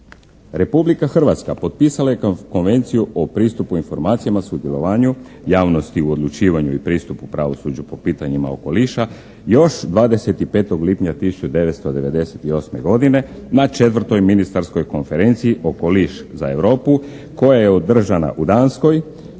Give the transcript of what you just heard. Republika Hrvatska potpisala je konvenciju o pristupu informacijama o sudjelovanju javnosti u odlučivanju i pristupu pravosuđu po pitanjima okoliša još 25. lipnja 1998. godine na 4. ministarskoj konferenciji "Okoliš za Europu" koja je održana u Danskoj.